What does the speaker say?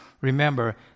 remember